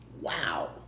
Wow